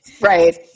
Right